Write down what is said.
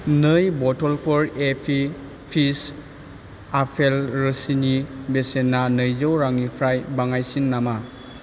नै बथ'लफोर एपि फिज आपेल रोसिनि बेसेना नैजौ रांनिफ्राय बाङायसिन नामा